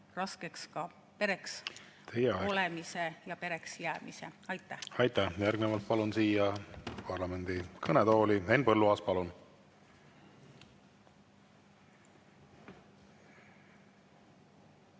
raskeks ka pereks olemise ja pereks jäämise. Aitäh! Aitäh! Järgnevalt palun siia parlamendi kõnetooli Henn Põlluaasa. Palun!